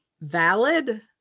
valid